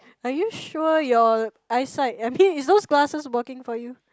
are you sure your eyesight I mean is those glasses working for you